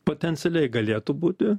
potencialiai galėtų būti